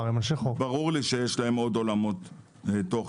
ברור לי שיש להם עוד עולמות תוכן.